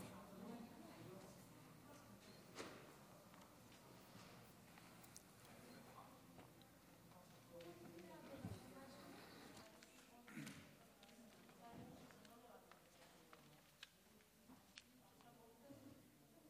כבוד היושב-ראש,